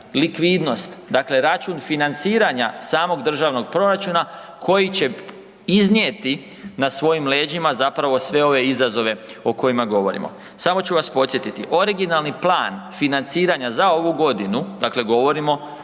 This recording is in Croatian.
likvidnost, dakle račun financiranja samog državnog proračuna koji će iznijeti na svojim leđima zapravo sve ove izazove o kojima govorimo. Samo ću vas podsjetiti, originalni plan financiranja za ovu godinu, dakle govorimo